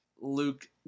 Luke